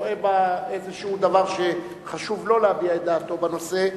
רואה בה איזה דבר שחשוב לו להביע את דעתו בנושא,